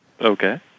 Okay